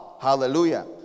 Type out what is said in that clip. Hallelujah